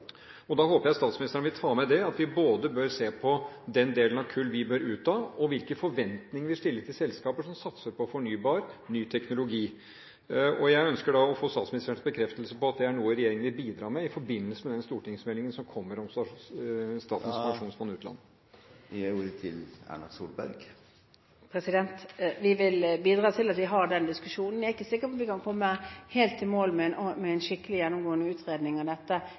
Da håper jeg statsministeren vil ta med det at vi bør se på både den delen av kull vi bør ut av og hvilke forventninger vi stiller til selskaper som satser på fornybar, ny teknologi. Jeg ønsker å få statsministerens bekreftelse på at det er noe regjeringen vil bidra med i forbindelse med den stortingsmeldingen som kommer om Statens pensjonsfond utland. Vi vil bidra til at vi har den diskusjonen. Jeg er ikke sikker på om vi kan komme helt i mål med en skikkelig gjennomgående utredning av dette